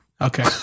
Okay